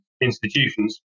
institutions